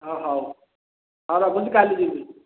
ହଁ ହଉ ହଉ ରଖୁଛି କାଲି ଯିବି